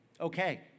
okay